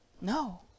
No